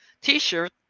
t-shirt